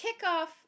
kickoff